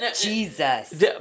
Jesus